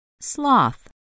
Sloth